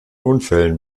unfällen